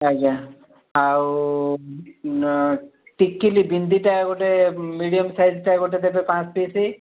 ଆଜ୍ଞା ଆଉ ଟିକିଲି ବିନ୍ଦିଟା ଗୋଟେ ମିଡ଼ିୟମ୍ ସାଇଜ୍ଟା ଗୋଟେ ଦେବେ ପାଞ୍ଚ ପିସ୍